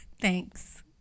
Thanks